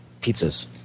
pizzas